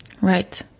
Right